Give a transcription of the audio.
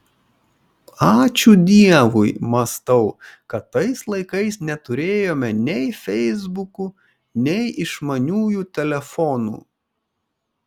ačiū dievui mąstau kad tais laikais neturėjome nei feisbukų nei išmaniųjų telefonų